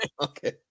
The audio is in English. Okay